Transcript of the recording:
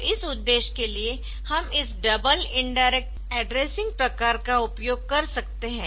तो इस उद्देश्य के लिए हम इस डबल इनडायरेक्ट एड्रेसिंग प्रकार का उपयोग कर सकते है